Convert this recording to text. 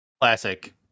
classic